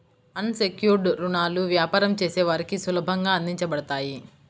అన్ secured రుణాలు వ్యాపారం చేసే వారికి సులభంగా అందించబడతాయి